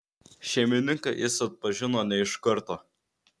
šeimininką jis atpažino ne iš karto